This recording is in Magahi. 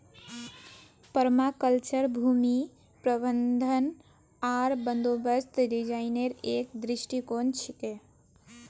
पर्माकल्चर भूमि प्रबंधन आर बंदोबस्त डिजाइनेर एक दृष्टिकोण छिके